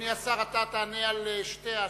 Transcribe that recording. אדוני השר, אתה תענה על שתי ההצעות.